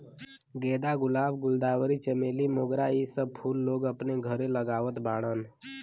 गेंदा, गुलाब, गुलदावरी, चमेली, मोगरा इ सब फूल लोग अपने घरे लगावत बाड़न